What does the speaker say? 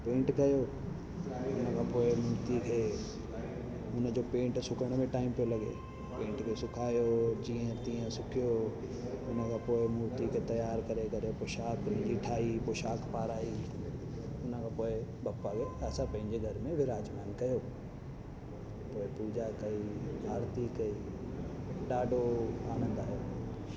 paint कयो उनखां पोइ मूर्ती खे उनजो पेंट सुकण में टाईम पियो लॻे पेंट खे सुखायो जीअं तीअं सुकियो उनखां पोइ मूर्तीअ खे तयारु करे करे पोशाक उन जी ठाहे पोशाक पाराई उन खां पोइ बप्पा जो असां पंहिंजे घर में विराजमान कयो पोइ पूजा कई आरती कई ॾाढो आनंदु आयो